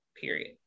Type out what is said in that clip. Period